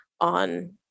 on